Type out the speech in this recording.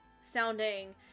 sounding